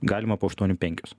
galima po aštuonių penkios